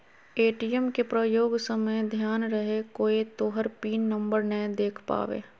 ATM के प्रयोग समय ध्यान रहे कोय तोहर पिन नंबर नै देख पावे